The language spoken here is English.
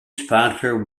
sponsor